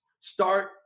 start